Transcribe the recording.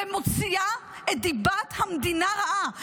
ומוציאה את דיבת המדינה רעה.